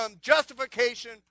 justification